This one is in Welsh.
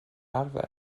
arfer